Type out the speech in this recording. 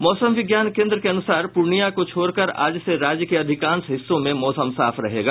मौसम विज्ञान केंद्र के अनुसार पूर्णिया को छोड़कर आज से राज्य के अधिकांश हिस्सों में मौसम साफ रहेगा